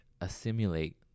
assimilate